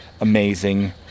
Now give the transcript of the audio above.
amazing